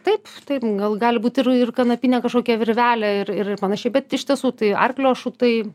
taip taip gal gali būt ir ir kanapinė kažkokia virvelė ir ir ir panašiai bet iš tiesų tai arklio ašutai